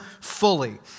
fully